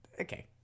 okay